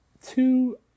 Two